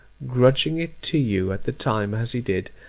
grudging it to you at the time as he did,